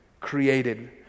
created